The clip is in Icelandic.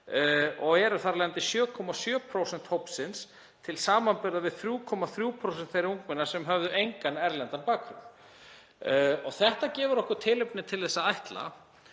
og eru þar af leiðandi 7,7% hópsins til samanburðar við 3,3% þeirra ungmenna sem höfðu engan erlendan bakgrunn. Þetta gefur okkur tilefni til að ætla